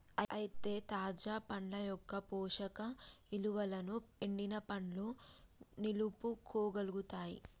అయితే తాజా పండ్ల యొక్క పోషక ఇలువలను ఎండిన పండ్లు నిలుపుకోగలుగుతాయి